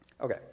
Okay